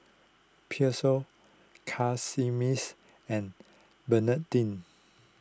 Pheobe Casimirs and Bernardine